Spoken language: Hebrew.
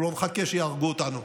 אנחנו לא נחכה שיהרגו אותנו.